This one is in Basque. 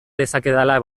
dezakedala